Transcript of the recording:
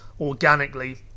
organically